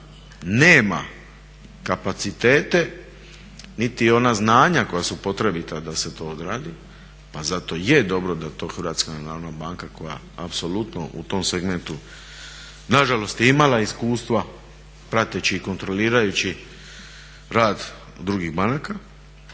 nema kapacitet niti ona znanja koja su potrebita da se to odradi, pa zato je dobro da to Hrvatska narodna banka koja apsolutno u tom segmentu nažalost je imala iskustva prateći i kontrolirajući rad drugih banaka.